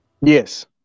yes